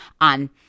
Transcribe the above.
on